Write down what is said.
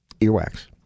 earwax